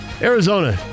Arizona